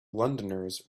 londoners